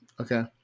Okay